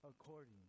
according